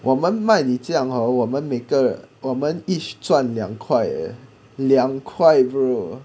我们买你这样 hor 我们每个我们 each 赚两块 eh 两块 bro